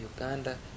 Uganda